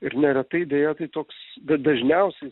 ir neretai deja tai toks dažniausiai